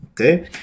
Okay